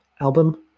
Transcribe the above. album